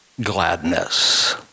gladness